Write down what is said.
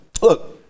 look